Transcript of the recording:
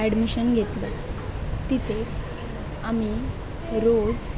admission घेतलं तिथे आम्ही रोज